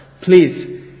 please